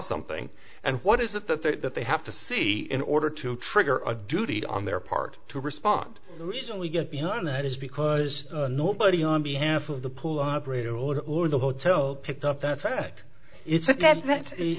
something and what is it that they that they have to see in order to trigger a duty on their part to respond the reason we get behind that is because nobody on behalf of the pool operator would lose the hotel picked up that fact it's a